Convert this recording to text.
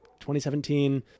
2017